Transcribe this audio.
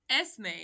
Esme